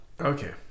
Okay